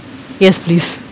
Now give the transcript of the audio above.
yes please